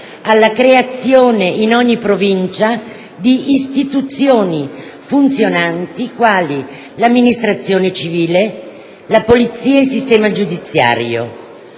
alla creazione in ogni provincia di istituzioni funzionanti quali l'amministrazione civile, la polizia e il sistema giudiziario.